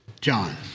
John